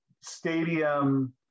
stadium